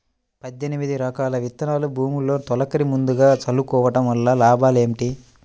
పద్దెనిమిది రకాల విత్తనాలు భూమిలో తొలకరి ముందుగా చల్లుకోవటం వలన లాభాలు ఏమిటి?